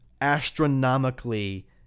astronomically